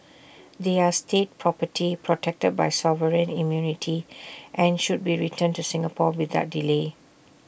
they are state property protected by sovereign immunity and should be returned to Singapore without delay